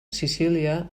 sicília